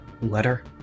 letter